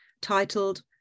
titled